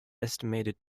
estimated